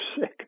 sick